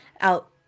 out